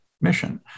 mission